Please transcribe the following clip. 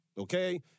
Okay